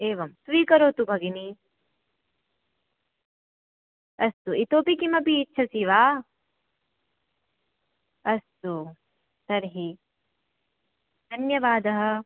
एवं स्वीकरोतु भगिनी अस्तु इतोपि किमपि इच्छसि वा अस्तु तर्हि धन्यवादः